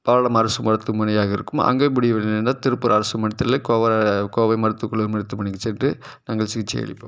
பல்லடம் அரசு மருத்துவமனையாக இருக்கும் அங்கே முடியவில்லை என்றால் திருப்பூர் அரசு மருத்துவமனை கோவை கோவை மருத்துவக்குள்ள மருத்துவமனைக்கு சென்று நாங்கள் சிகிச்சை அளிப்போம்